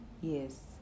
Yes